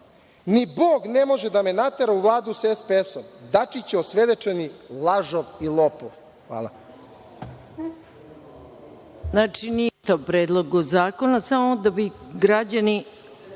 ni Bog ne može da me natera u Vladu sa SPS, Dačić je osvedočeni lažov i lopov. Hvala.